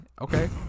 Okay